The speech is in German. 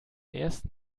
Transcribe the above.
ersten